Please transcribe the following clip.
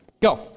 Go